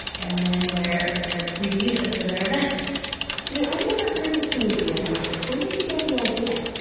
and then they're they're free to use it for their event you know i've never heard of a community oven like this. where did you get the idea?